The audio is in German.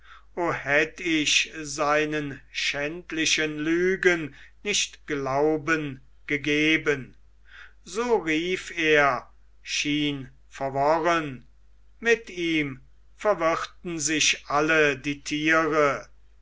hätt ich seinen schändlichen lügen nicht glauben gegeben so rief er schien verworren mit ihm verwirrten sich alle die tiere